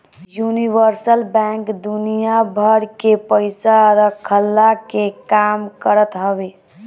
universal bank दुनिया भर के पईसा रखला के काम करत हवे